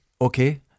Okay